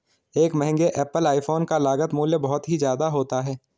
एक महंगे Apple iPhone का लागत मूल्य बहुत ही ज्यादा होता है